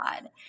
God